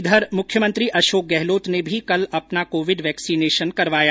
इधर मुख्यमंत्री अशोक गहलोत ने भी कल अपना कोविड वैक्सीनेशन करवाया